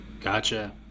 Gotcha